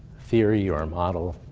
theory or model.